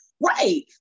Right